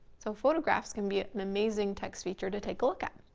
so photographs can be an amazing text feature to take a look at.